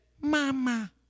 Mama